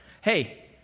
hey